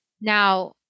Now